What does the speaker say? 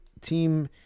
team